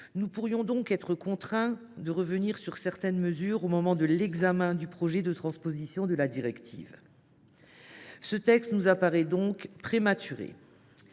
Nous pourrions donc être contraints de revenir sur certaines mesures au moment de la transposition de la directive. Ce texte nous paraît à tout